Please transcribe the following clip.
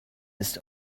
ist